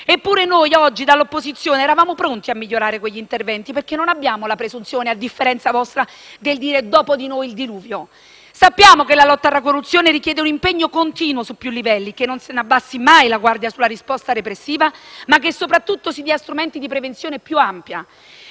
Eppure noi, oggi dall'opposizione eravamo pronti anche a migliorare quegli interventi perché non abbiamo la presunzione - a differenza vostra - di dire «dopo di noi, il diluvio». Sappiamo che la lotta alla corruzione richiede un impegno continuo, su più livelli: che non si abbassi mai la guardia della risposta repressiva ma che, soprattutto, si diano strumenti di prevenzione più ampi.